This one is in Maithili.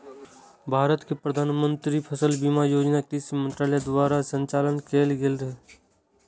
भारत मे प्रधानमंत्री फसल बीमा योजना कृषि मंत्रालय द्वारा चलाएल गेल छै